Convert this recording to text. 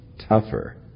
tougher